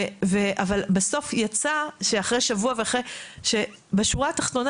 אבל בסוף יצא שאחרי שבוע ואחרי בשורה התחתונה